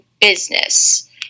business